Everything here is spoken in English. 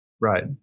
Right